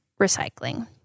recycling